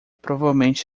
provavelmente